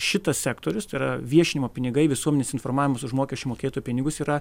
šitas sektorius tai yra viešinimo pinigai visuomenės informavimas už mokesčių mokėtojų pinigus yra